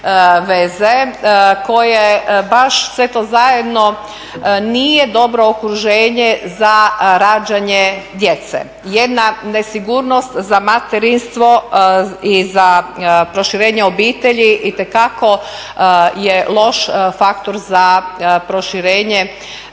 veze koje baš sve to zajedno nije dobro okruženje za rađanje djece. Jedna nesigurnost za materinstvo i za proširenje obitelji itekako je loš faktor za proširenje